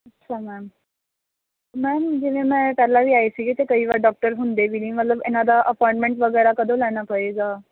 ਅੱਛਾ ma'am ma'am ਜਿਵੇਂ ਮੈਂ ਪਹਿਲਾਂ ਵੀ ਆਈ ਸੀਗੇ ਅਤੇ ਕਈ ਵਾਰ ਡਾਕਟਰ ਹੁੰਦੇ ਵੀ ਨਹੀਂ ਮਤਲਬ ਇਹਨਾਂ ਦਾ ਅਪੋਆਇੰਟਮੈਂਟ ਵਗੈਰਾ ਕਦੋਂ ਲੈਣਾ ਪਵੇਗਾ